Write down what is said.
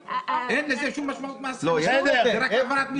זה רק העברת מידע.